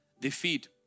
defeat